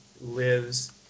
lives